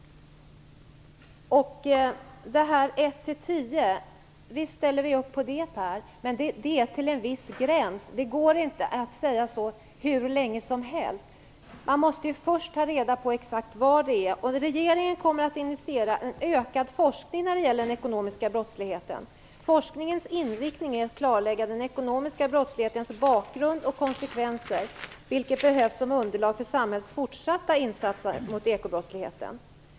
Visst ställer vi upp på 1-10, Per Rosengren. Men det är till en viss gräns. Det går inte att säga så hur länge som helst. Man måste först ta reda på exakt vad det gäller. Regeringen kommer att initiera en ökad forskning när det gäller den ekonomiska brottsligheten. Forskningens inriktning är att klarlägga den ekonomiska brottslighetens bakgrund och konsekvenser, vilket behövs som underlag för samhällets fortsatta insatser mot ekobrottsligheten.